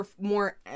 more